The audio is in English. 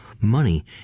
money